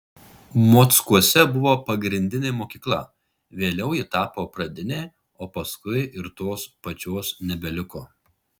mockuose buvo pagrindinė mokykla vėliau ji tapo pradinė o paskui ir tos pačios nebeliko